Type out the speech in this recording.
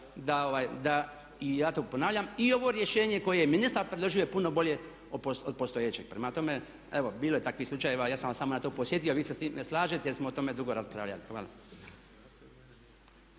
da, ja to ponavljam, i ovo rješenje koje je ministar predložio je puno bolje od postojećeg. Prema tome, evo bilo je takvih slučajeva. Ja sam vas samo na to podsjetio a vi se s time slažete jer smo o tome dugo raspravljali. Hvala.